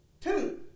Two